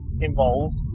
involved